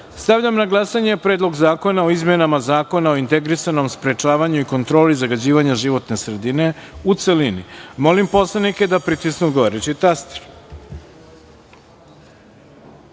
Stavljam na glasanje Predlog zakona o izmenama Zakona o integrisanom sprečavanju i kontroli zagađivanja životne sredine, u celini. Molim poslanike da pritisnu odgovarajući